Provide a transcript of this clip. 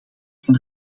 van